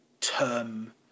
term